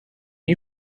you